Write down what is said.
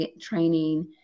training